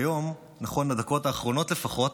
כיום, נכון לדקות האחרונות לפחות,